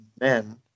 men